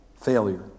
failure